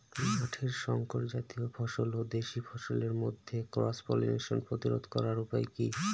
মাঠের শংকর জাতীয় ফসল ও দেশি ফসলের মধ্যে ক্রস পলিনেশন প্রতিরোধ করার উপায় কি?